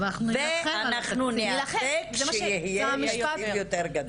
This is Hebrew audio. ואנחנו ניאבק שיהיה יותר גדול.